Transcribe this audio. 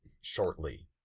shortly